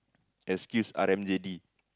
excuse R M J D